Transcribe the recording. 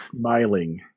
smiling